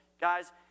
Guys